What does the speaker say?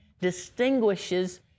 distinguishes